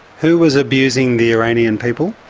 who was abusing the iranian people?